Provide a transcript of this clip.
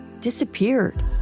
disappeared